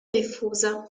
diffusa